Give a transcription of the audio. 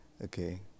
Okay